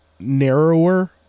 narrower